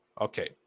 Okay